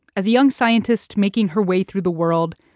as a young scientist making her way through the world,